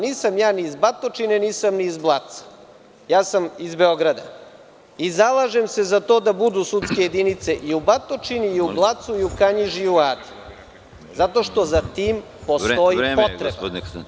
Nisam ja ni iz Batočine, nisam ni iz Blaca, ja sam iz Beograda i zalažem se za to da budu sudske jedinice i u Batočini i u Blacu i u Kanjiži i u Adi, zato što za tim postoji potreba.